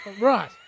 Right